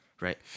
right